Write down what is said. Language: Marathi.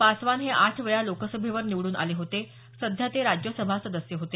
पासवान हे आठ वेळा लोकसभेवर निवडून आले होते सध्या ते राज्यसभा सदस्य होते